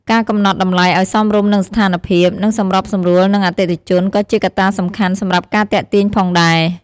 ការកំណត់តម្លៃឲ្យសមរម្យនឹងស្ថានភាព និងសម្របសម្រួលនឹងអតិថិជន ក៏ជាកត្តាសំខាន់សម្រាប់ការទាក់ទាញផងដែរ។